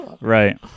right